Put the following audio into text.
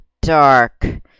dark